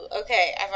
okay